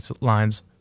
lines